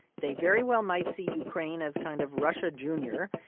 they very well might see ukraine as kind of russia junior.